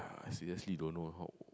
I seriously don't know how